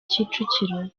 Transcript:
kicukiro